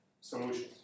solutions